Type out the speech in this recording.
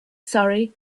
surrey